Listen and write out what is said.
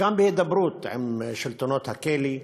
גם בהידברות עם שלטונות הכלא.